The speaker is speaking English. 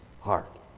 heart